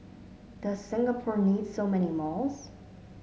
does Singapore need so many malls